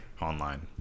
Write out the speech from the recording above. online